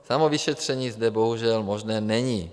Samovyšetření zde bohužel možné není.